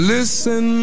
Listen